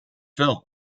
film